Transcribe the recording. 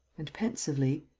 and, pensively,